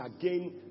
again